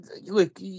look